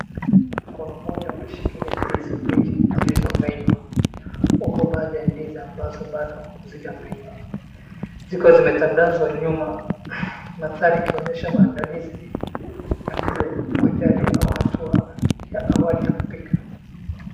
Mkono mmoja unashikilia ndizi mbichi zilizomenywa huku baadhi ya ndizi ambazo bado hazijamenywa zikiwa zimetandazwa nyuma. manthari yakionyesha maandalizi ya mlo wa jadi au hatua za awali za kupika.